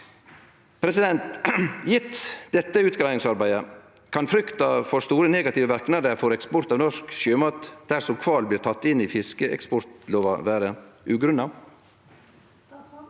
turismen. Gjeve dette utgreiingsarbeidet, kan frykta for store negative verknader for eksport av norsk sjømat dersom kval blir teken inn i fiskeeksportlova, vere ugrunna?